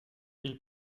ils